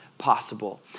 possible